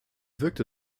wirkte